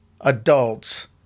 adults